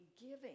giving